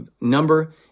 Number